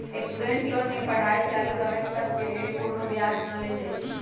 student loan में पढ़ाई चालू रहइत तक के लेल कोनो ब्याज न लेल जाइ छइ